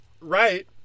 right